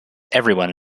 everyone